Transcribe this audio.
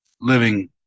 living